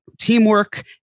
teamwork